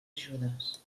ajudes